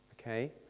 Okay